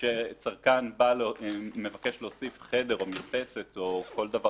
כשצרכן מבקש להוסיף חדר או מרפסת או כל דבר